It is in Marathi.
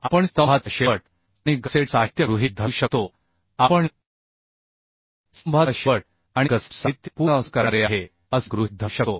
आपण स्तंभाचा शेवट आणि गसेट साहित्य गृहीत धरू शकतो आपण स्तंभाचा शेवट आणि गसेट साहित्य पूर्ण असर करणारे आहे असे गृहीत धरू शकतो